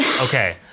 okay